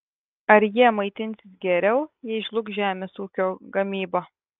ar jie maitinsis geriau jei žlugs žemės ūkio gamyba